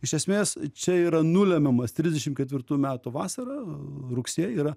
iš esmės čia yra nulemiamas trisdešim ketvirtųjų metų vasarą rugsėjį yra